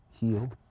heal